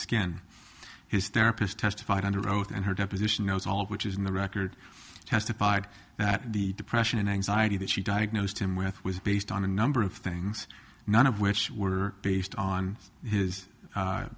skin his therapist testified under oath and her deposition knows all of which is in the record testified that the depression and anxiety that she diagnosed him with was based on a no of things none of which were based on his